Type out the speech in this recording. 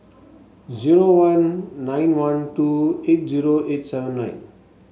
zero one nine one two eight zero eight seven nine